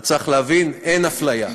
וצריך להבין: אין הפליה,